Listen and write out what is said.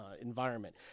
Environment